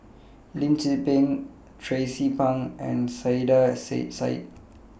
Lim Tze Peng Tracie Pang and Saiedah Said